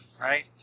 right